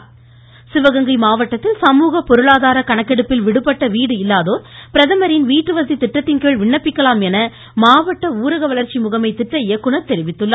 இருவரி சிவகங்கை மாவட்டத்தில் சமூக பொருளாதார கணக்கெடுப்பில் விடுபட்ட வீடு இல்லாதோர் பிரதமரின் வீட்டு வசதி திட்டத்தின்கீழ் விண்ணப்பிக்கலாம் என மாவட்ட ஊரக வளர்ச்சி முகமை திட்ட இயக்குநர் தெரிவித்துள்ளார்